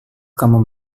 kamu